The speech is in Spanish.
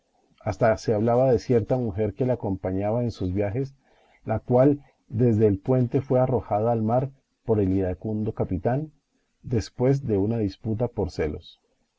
hasta se hablaba de cierta mujer que le acompañaba en sus viajes la cual desde el puente fue arrojada al mar por el iracundo capitán después de una disputa por celos